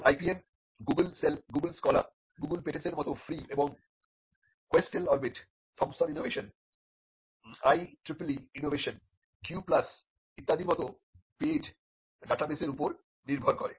এখন IPM গুগোলসেল Google Scholar Google পেটেন্টসের মত ফ্রি এবং Questel Orbit Thomson Innovation IEEE Innovation Q plus ইত্যাদির মতো পেইড ডাটাবেসের উপর নির্ভর করে